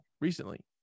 recently